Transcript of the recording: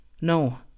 No